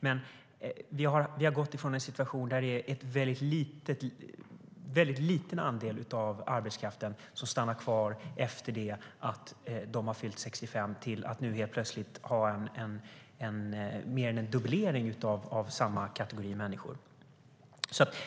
Men vi har gått från en situation där en mycket liten andel av arbetskraften har stannat kvar efter det att de har fyllt 65 till att det helt plötsligt har blivit en dubblering av samma kategori människor.